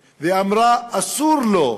ואמרה: אסור לו,